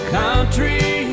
country